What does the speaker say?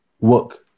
work